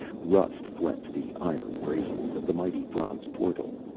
rust flecked the iron bracings of the mighty bronze portal.